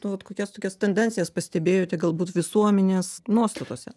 nu vat kokias tokias tendencijas pastebėjote galbūt visuomenės nuostatose